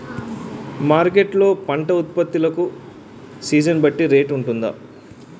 Market లొ పంట ఉత్పత్తి లకు సీజన్ బట్టి రేట్ వుంటుందా?